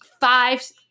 five